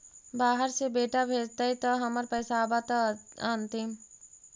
बाहर से बेटा भेजतय त हमर पैसाबा त अंतिम?